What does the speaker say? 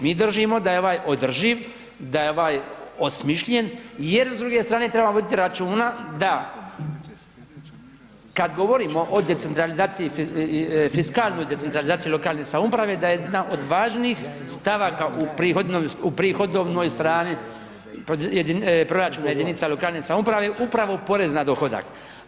Mi držimo da je ovaj održiv, da je ovaj osmišljen jer s druge strane trebamo voditi računa da kad govorimo o decentralizaciji fiskalnoj decentralizaciji lokalne samouprave da je jedna od važnijih stavaka u prihodovnoj strani proračuna jedinica lokalne samouprave upravo porez na dohodak.